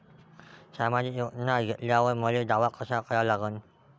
सामाजिक योजना घेतल्यावर मले दावा कसा करा लागन?